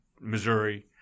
Missouri